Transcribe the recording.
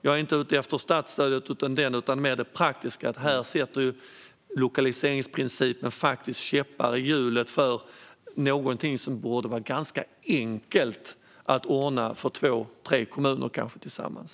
Jag är inte ute efter statsstödet utan mer det praktiska; här sätter lokaliseringsprincipen faktiskt käppar i hjulet för någonting som borde vara ganska enkelt att ordna för kanske två tre kommuner tillsammans.